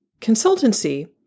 consultancy